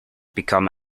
become